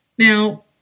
Now